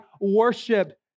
worship